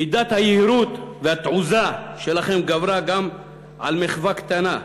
מידת היהירות והתעוזה שלכם גברה גם על מחווה קטנה,